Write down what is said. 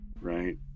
right